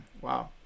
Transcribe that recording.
Wow